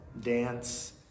dance